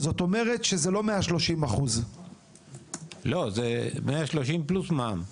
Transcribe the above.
זאת אומרת שזה לא 130%. זה 130% + מע"מ.